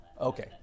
Okay